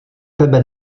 tebe